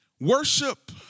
worship